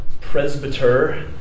presbyter